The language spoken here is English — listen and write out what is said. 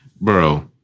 Bro